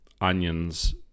Onions